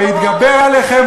ויתגבר עליכם,